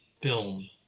film